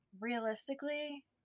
realistically